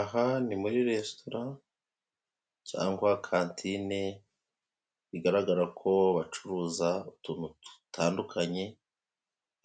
Aha ni muri resitora cyangwa kantine bigaragara ko bacuruza utuntu dutandukanye